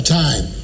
time